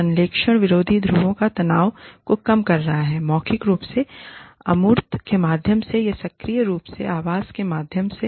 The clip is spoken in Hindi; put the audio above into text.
संश्लेषण विरोधी ध्रुवों का तनाव को कम कर रहा है मौखिक रूप से अमूर्त के माध्यम से या सक्रिय रूप से आवास के माध्यम से